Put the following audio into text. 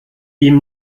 ihm